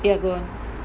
ya go on